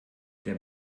der